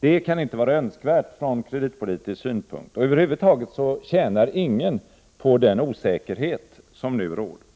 Det kan inte vara önskvärt från kreditpolitisk synpunkt, och över huvud taget tjänar ingen på den osäkerhet som nu råder.